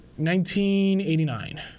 1989